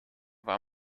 war